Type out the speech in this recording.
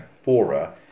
fora